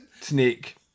snake